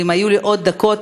ואם היו לי עוד דקות,